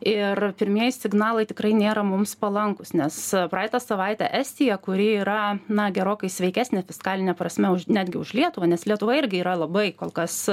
ir pirmieji signalai tikrai nėra mums palankūs nes praeitą savaitę estija kuri yra na gerokai sveikesnė fiskaline prasme netgi už lietuvą nes lietuva irgi yra labai kol kas